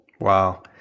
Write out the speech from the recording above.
Wow